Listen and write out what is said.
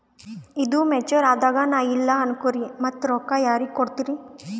ಈದು ಮೆಚುರ್ ಅದಾಗ ನಾ ಇಲ್ಲ ಅನಕೊರಿ ಮತ್ತ ರೊಕ್ಕ ಯಾರಿಗ ಕೊಡತಿರಿ?